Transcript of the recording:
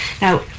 Now